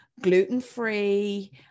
gluten-free